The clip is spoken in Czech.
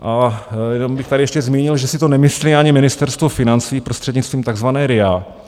A jenom bych tady ještě zmínil, že si to nemyslí ani Ministerstvo financí prostřednictví takzvané RIA.